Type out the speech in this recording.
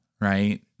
right